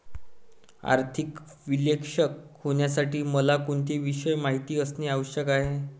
आर्थिक विश्लेषक होण्यासाठी मला कोणते विषय माहित असणे आवश्यक आहे?